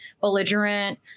belligerent